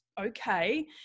Okay